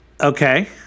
Okay